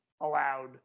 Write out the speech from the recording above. allowed